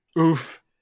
Oof